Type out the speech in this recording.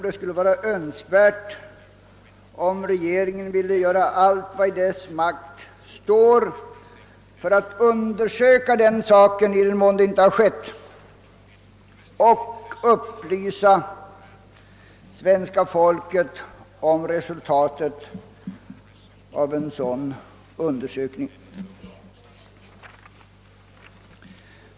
Det är önskvärt att regeringen gör allt vad som står i dess makt för att undersöka denna sak, i den mån det inte har skett, och upplyser svenska folket om resultatet av en sådan undersökning.